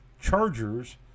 Chargers